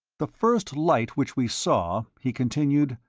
the first light which we saw, he continued,